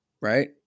right